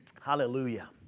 hallelujah